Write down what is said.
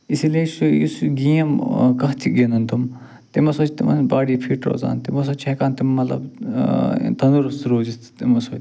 اِسی لیے چھُ یُس یہِ گیم کانٛہہ تہِ گِنٛدن تِم تِمو سۭتۍ چھِ تِمَن باڈی فِٹ روزان تِمو سۭتۍ چھِ ہٮ۪کان تِم مطلب تنٛدرُست روٗزِتھ تِمو سۭتۍ